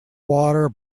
water